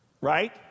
right